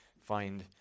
find